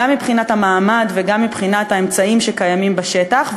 גם מבחינת המעמד וגם מבחינת האמצעים שקיימים בשטח,